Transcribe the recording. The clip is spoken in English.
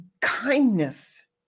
kindness